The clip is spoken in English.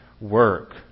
work